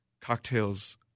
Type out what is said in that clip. cocktails